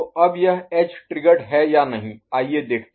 अब यह edge triggered है या नहीं आइए देखते हैं